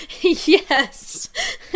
yes